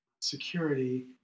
security